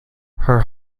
her